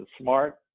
smart